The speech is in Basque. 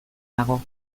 nago